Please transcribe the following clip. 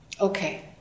Okay